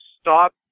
stop